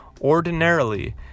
ordinarily